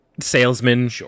salesman